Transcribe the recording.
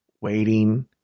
waiting